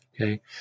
Okay